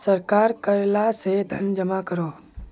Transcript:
सरकार कर ला से धन जमा करोह